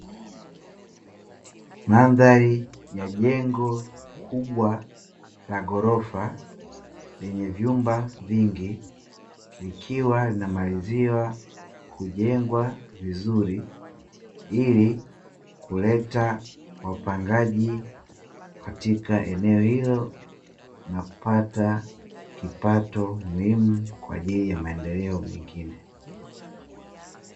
Madhadhari ya jengo kubwa la ghorofa lenye vyumba vingi likiwa linamaliziwa kujengwa vizuri, ili kuleta wapangaji katika eneo hilo na kupata kipato muhimu kwa ajili ya maendeleo mengine.